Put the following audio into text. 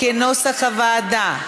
כנוסח הוועדה.